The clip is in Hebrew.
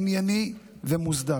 ענייני ומוסדר.